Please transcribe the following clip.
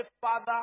Father